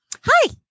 hi